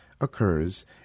occurs